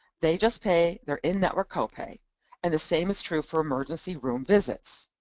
they just pay their in-network copay and the same is true for emergency room visits.